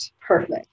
perfect